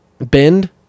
Bend